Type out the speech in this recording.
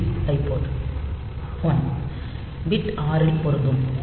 D I port 1 bit 6 இல் பொருத்தும்